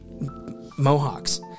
mohawks